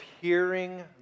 hearing